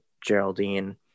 Geraldine